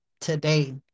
today